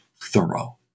thorough